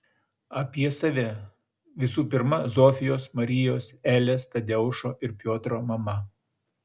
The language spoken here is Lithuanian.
apie save visų pirma zofijos marijos elės tadeušo ir piotro mama